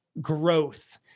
growth